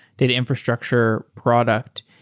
data infrastructure product.